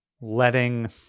letting